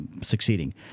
succeeding